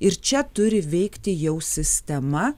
ir čia turi veikti jau sistema